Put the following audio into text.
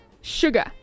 sugar